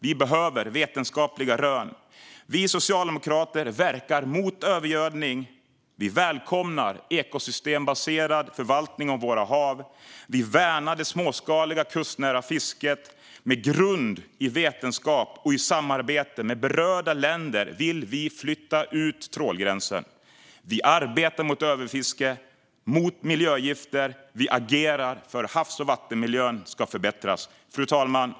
Vi behöver vetenskapliga rön. Vi socialdemokrater verkar mot övergödning. Vi välkomnar en ekosystembaserad förvaltning av våra hav. Vi värnar det småskaliga kustnära fisket. Med grund i vetenskap och i samarbete med berörda länder vill vi flytta ut trålgränsen. Vi arbetar mot överfiske och mot miljögifter. Vi agerar för att havs och vattenmiljön ska förbättras. Fru talman!